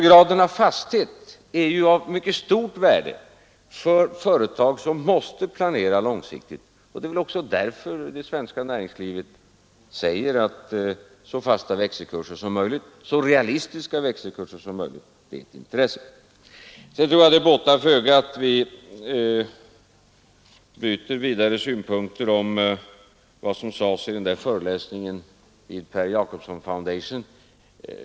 Graden av fasthet är därför av mycket stort värde för företag som måste planera långsiktigt, och det är väl också därför det svenska näringslivet säger att så fasta växelkurser som möjligt, så realistiska växelkurser som möjligt, är i deras intresse. Sedan tror jag det båtar föga att vi byter ytterligare synpunkter om vad som sades i den där föreläsningen i The Per Jacobson Foundation.